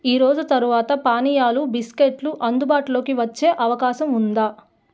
ఈరోజు తరువాత పానీయాలు బిస్కెట్లు అందుబాటులోకి వచ్చే అవకాశం ఉందా